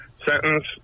sentence